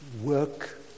Work